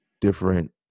different